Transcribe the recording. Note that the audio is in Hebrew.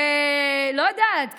לא יודעת.